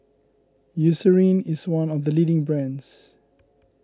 Eucerin is one of the leading brands